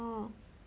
orh